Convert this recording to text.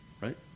Right